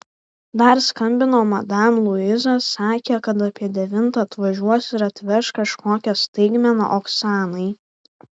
dar skambino madam luiza sakė kad apie devintą atvažiuos ir atveš kažkokią staigmeną oksanai